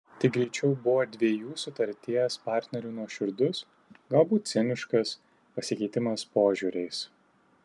tai greičiau buvo dviejų sutarties partnerių nuoširdus galbūt ciniškas pasikeitimas požiūriais